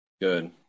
Good